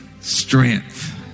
strength